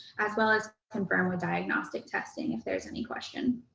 as well as confirm with diagnostic testing if there's any question.